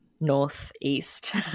northeast